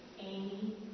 Amy